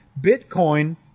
Bitcoin